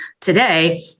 today